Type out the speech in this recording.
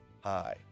Hi